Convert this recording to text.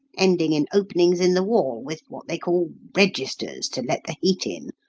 ending in openings in the wall, with what they call registers, to let the heat in,